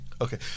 Okay